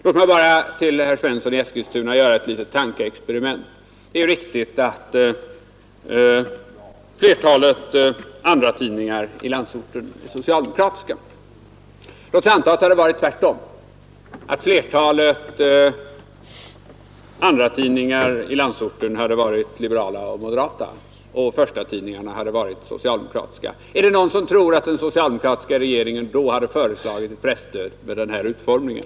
Låt mig bara, herr Svensson i Eskilstuna, göra ett litet tankeexperiment. Det är riktigt att flertalet andratidningar i landsorten är socialdemokratiska. Men låt oss anta att det hade varit tvärtom — att antalet andratidningar i landsorten hade varit liberala och moderata och att förstatidningarna hade varit socialdemokratiska. Är det någon som tror att den socialdemokratiska regeringen då hade föreslagit ett presstöd med den här utformningen?